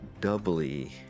doubly